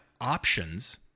options